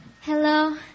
hello